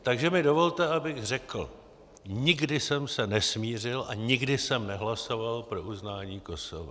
Takže mi dovolte, abych řekl: Nikdy jsem se nesmířil a nikdy jsem nehlasoval pro uznání Kosova.